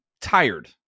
tired